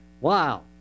wow